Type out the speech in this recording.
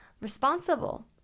responsible